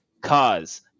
cause